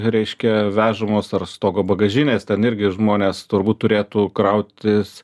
reiškia vežamos ar stogo bagažinės ten irgi žmonės turbūt turėtų krautis